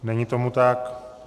Není tomu tak.